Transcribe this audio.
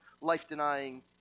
life-denying